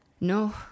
No